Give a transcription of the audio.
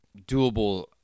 doable